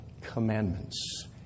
commandments